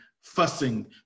fussing